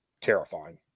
Terrifying